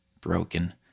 broken